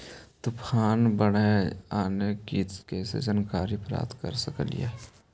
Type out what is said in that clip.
तूफान, बाढ़ आने की कैसे जानकारी प्राप्त कर सकेली?